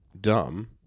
dumb